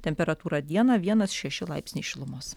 temperatūra dieną vienas šeši laipsniai šilumos